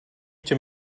čem